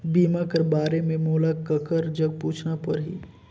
बीमा कर बारे मे मोला ककर जग पूछना परही?